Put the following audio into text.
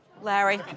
Larry